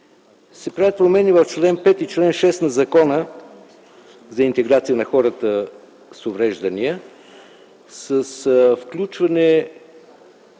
се правят промени в чл. 5 и чл. 6 от Закона за интеграция на хората с увреждания с включване